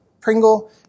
Pringle